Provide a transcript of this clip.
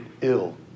ill